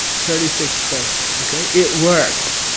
thirty six courses. okay? it works!